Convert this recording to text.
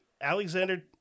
Alexander